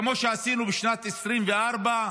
כמו שעשינו בשנת 2024,